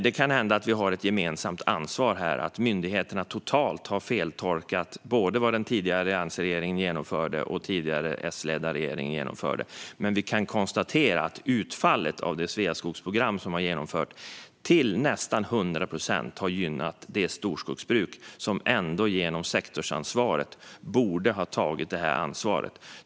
Det kan hända att vi har ett gemensamt ansvar här - att myndigheterna totalt har feltolkat både vad den tidigare alliansregeringen genomförde och vad den tidigare S-ledda regeringen genomförde - men vi kan konstatera att utfallet av det Sveaskogsprogram som har genomförts till nästan 100 procent har gynnat det storskogsbruk som genom sektorsansvaret ändå borde ha tagit detta ansvar.